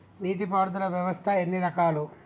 నీటి పారుదల వ్యవస్థ ఎన్ని రకాలు?